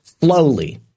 slowly